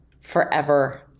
forever